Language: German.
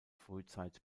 frühzeit